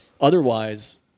Otherwise